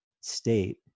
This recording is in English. state